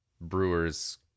Brewers